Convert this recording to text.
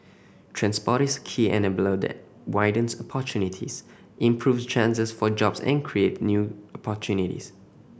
transport is a key enabler that widens opportunities improves chances for jobs and create new opportunities